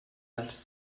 dels